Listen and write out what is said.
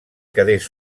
quedés